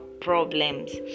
problems